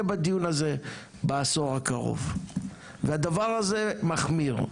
בדיון הזה בעשור הקרוב והדבר הזה מחמיר,